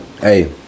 hey